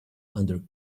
under